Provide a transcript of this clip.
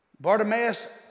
Bartimaeus